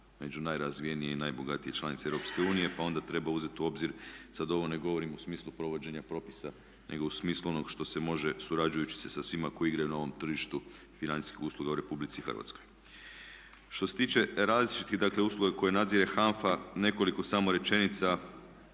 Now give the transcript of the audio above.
među najrazvijenije i najbogatije članice Europske unije, pa onda treba uzeti u obzir, sad ovo ne govorim u smislu provođenja propisa, nego u smislu onog što se može surađujući se sa svima koji igraju na ovom tržištu financijskih usluga u Republici Hrvatskoj. Što se tiče različitih, dakle usluga koje nadzire HANFA nekoliko samo rečenica.